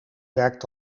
werkt